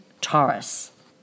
Taurus